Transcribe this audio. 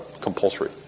compulsory